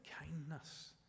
kindness